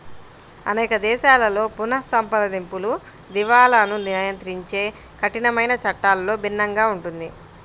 అనేక దేశాలలో పునఃసంప్రదింపులు, దివాలాను నియంత్రించే కఠినమైన చట్టాలలో భిన్నంగా ఉంటుంది